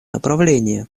направление